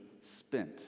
spent